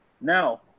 Now